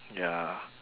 ya